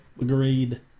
Agreed